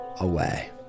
away